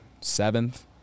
seventh